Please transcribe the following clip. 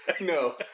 no